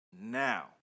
now